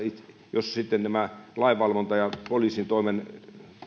jos lainvalvontaan ja poliisitoimeen